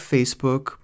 Facebook